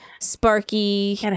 Sparky